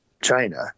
China